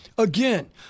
Again